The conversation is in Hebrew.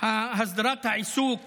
הסדרת העיסוק